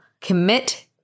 commit